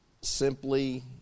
simply